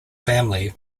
family